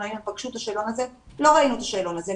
פגשו את השאלון הזה, לא ראינו את השאלון הזה.